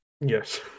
Yes